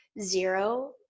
zero